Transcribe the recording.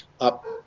up